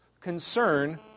concern